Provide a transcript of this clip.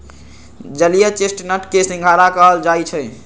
जलीय चेस्टनट के सिंघारा कहल जाई छई